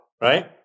right